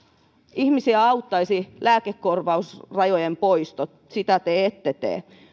ihmisiä auttaisivat lääkekorvausrajojen poistot sitä te ette tee